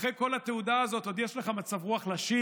לנו, אחרי כל התעודה הזאת עוד יש לך מצב רוח לשיר?